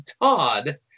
Todd